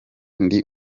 ndi